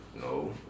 No